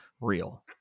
real